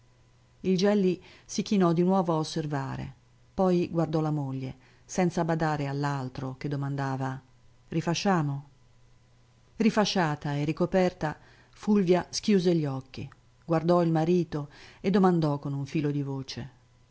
il gelli si chinò di nuovo a osservare poi guardò la moglie senza badare all'altro che domandava rifasciamo rifasciata e ricoperta fulvia schiuse gli occhi guardò il marito e domandò con un filo di voce